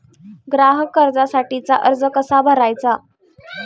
ग्राहक कर्जासाठीचा अर्ज कसा भरायचा?